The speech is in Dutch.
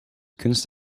kunst